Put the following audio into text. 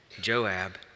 Joab